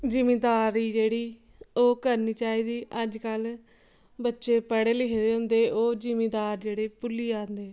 जिमीदारी जेह्ड़ी ओह् करनी चाइदी अज्ज कल्ल बच्चे पढ़े लिखे दे होंदे ओह् जिम्मेदार जेह्ड़े ओह् भुल्ली जांदे